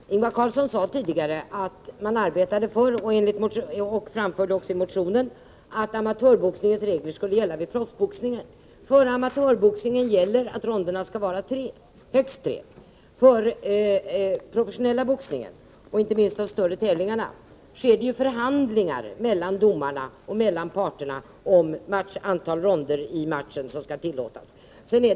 Fru talman! Ingvar Karlsson i Bengtsfors sade tidigare att man arbetade för och talade för i motionen att amatörboxningens regler skulle gälla vid professionell boxning. För amatörboxningen gäller att ronderna skall vara högst tre. I den professionella boxningen, inte minst vid de större tävlingarna, sker det förhandlingar mellan domarna och parterna om det antal ronder som skall tillåtas i matchen.